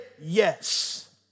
yes